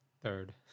third